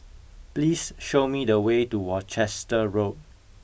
please show me the way to Worcester Road